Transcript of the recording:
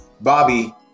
Bobby